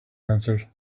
answered